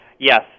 Yes